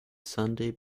sunday